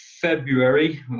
February